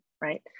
right